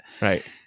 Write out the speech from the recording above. right